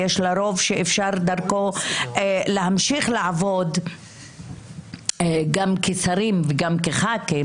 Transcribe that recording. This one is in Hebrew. ויש לה רוב שדרכו אפשר להמשיך לעבוד גם כשרים וגם חברי כנסת,